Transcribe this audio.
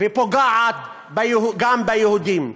ופוגעת גם ביהודים.